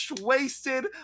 wasted